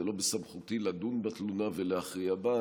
זה לא בסמכותי לדון בתלונה ולהכריע בה.